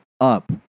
up